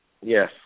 Yes